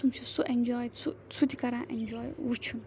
تِم چھِ سُہ ایٚنجواے سُہ سُہ تہِ کَران ایٚنجواے وُچھُن